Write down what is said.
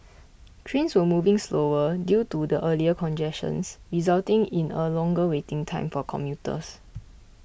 trains were moving slower due to the earlier congestions resulting in a longer waiting time for commuters